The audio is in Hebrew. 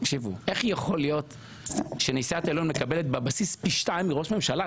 איך יכול להיות שנשיאת העליון מקבלת פי שתיים מראש ממשלה?